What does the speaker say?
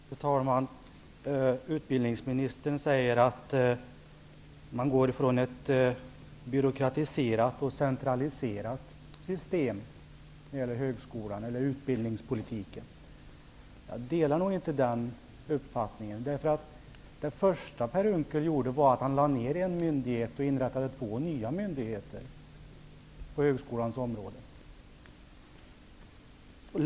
Fru talman! Utbildningsministern säger att regeringen går från ett byråkratiserat och centraliserat system när det gäller högskolan och utbildningspolitiken. Jag delar nog inte den uppfattningen. Det första Per Unckel gjorde var att lägga ned en myndighet och inrätta två nya på högskolans område.